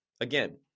Again